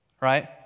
right